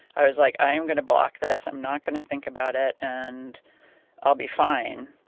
i was like, i am going to block this. i'm not going to think about it, and i'll be fine,